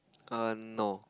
err no